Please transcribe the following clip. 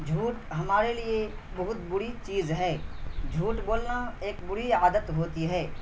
جھوٹ ہمارے لیے بہت بری چیز ہے چھوٹ بولنا ایک بری عادت ہوتی ہے